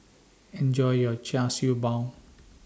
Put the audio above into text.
Enjoy your Char Siew Bao